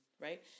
right